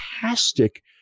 fantastic